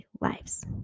lives